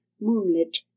moonlit